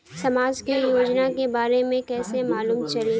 समाज के योजना के बारे में कैसे मालूम चली?